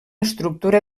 estructura